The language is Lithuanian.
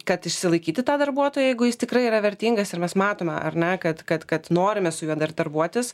kad išsilaikyti tą darbuotoją jeigu jis tikrai yra vertingas ir mes matome ar ne kad kad kad norime su juo dar darbuotis